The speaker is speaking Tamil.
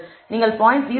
நீங்கள் 0